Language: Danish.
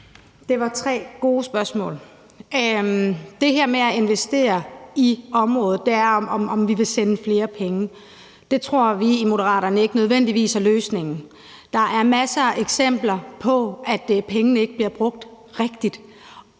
Det var tre gode spørgsmål. Det her med at investere i området, altså om vi vil sende flere penge, tror vi i Moderaterne ikke nødvendigvis er løsningen. Der er masser af eksempler på, at pengene ikke bliver brugt rigtigt,